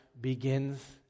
begins